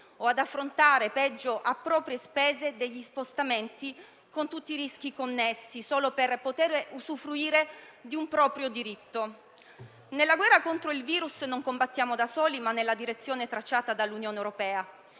- ad affrontare a proprie spese spostamenti, con tutti i rischi connessi, solo per poter usufruire di un proprio diritto. Nella guerra contro il virus non combattiamo da soli, ma nella direzione tracciata dall'Unione europea.